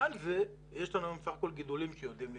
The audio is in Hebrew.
מעל זה יש לנו בסך הכול גידולים שיודעים להתמודד,